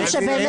להם